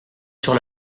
sur